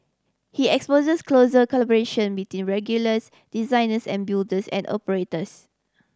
he espouses closer collaboration between regulators designers and builders and operators